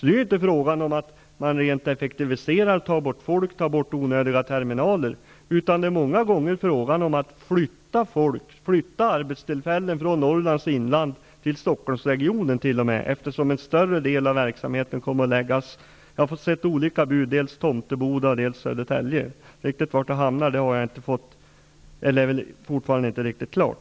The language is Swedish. Det är inte fråga om att effektivisera, ta bort folk och onödiga terminaler, utan ofta gäller det att flytta folk och arbetstillfällen från Norrlands inland även till Stockholmsregionen, eftersom en större del av verksamheten kommer att förläggas till Tomteboda eller Södertälje. Var verksamheten till sist hamnar är väl fortfarande inte riktigt klart.